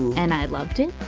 and i loved it